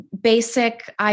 basic